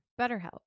BetterHelp